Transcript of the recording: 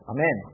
Amen